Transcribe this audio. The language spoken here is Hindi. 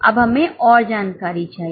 अब हमें और जानकारी चाहिए